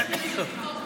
איפה?